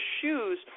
shoes